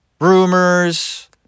rumors